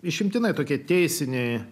išimtinai tokie teisiniai